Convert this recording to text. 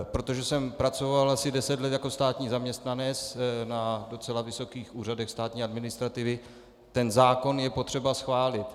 Protože jsem pracoval asi deset let jako státní zaměstnanec na docela vysokých úřadech státní administrativy, ten zákon je potřeba schválit.